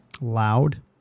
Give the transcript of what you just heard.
loud